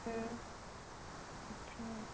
हाँ अच्छा